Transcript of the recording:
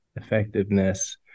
effectiveness